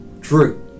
true